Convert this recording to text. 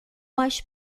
mais